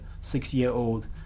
six-year-old